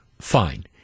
fine